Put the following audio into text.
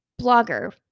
blogger